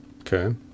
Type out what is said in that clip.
Okay